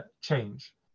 change